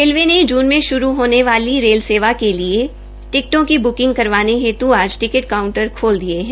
railway ने जून में शुरू होने वाली रेल सेवा के लिए टिकटों की बुकिंग करवाने हेत् टिकट काउंटर खोल दिये है